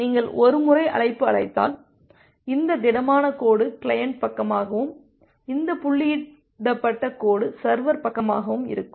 நீங்கள் ஒரு முறை அழைப்பு அழைத்தால் இந்த திடமான கோடு கிளையன்ட் பக்கமாகவும் இந்த புள்ளியிடப்பட்ட கோடு சர்வர் பக்கமாகவும் இருக்கும்